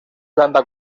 planta